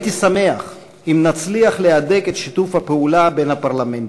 אשמח אם נצליח להדק את שיתוף הפעולה בין הפרלמנטים,